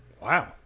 Wow